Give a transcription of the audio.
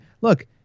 Look